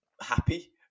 happy